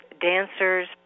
dancers